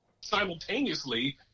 simultaneously